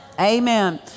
Amen